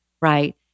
Right